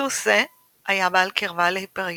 סוס זה היה בעל קרבה להיפריון